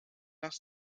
das